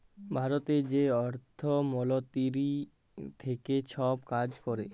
ভারতেরলে যে অর্থ মলতিরি থ্যাকে ছব কাজ ক্যরে